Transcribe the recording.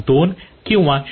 2 किंवा 0